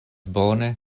bone